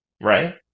right